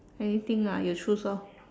anything ah you choose lor